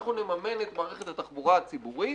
אנחנו נממן את מערכת התחבורה הציבורית.